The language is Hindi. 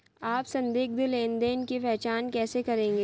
आप संदिग्ध लेनदेन की पहचान कैसे करेंगे?